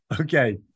Okay